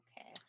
Okay